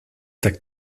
that